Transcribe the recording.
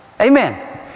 Amen